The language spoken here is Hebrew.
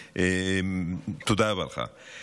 תודה רבה לך.